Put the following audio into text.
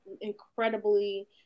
incredibly